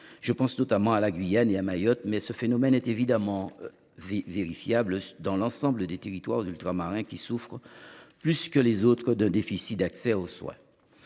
Je pense notamment à la Guyane et à Mayotte, mais le phénomène est évidemment vérifiable dans l’ensemble des territoires ultramarins, qui souffrent, plus que les autres, d’un déficit d’accès aux soins.